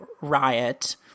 riot